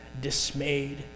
dismayed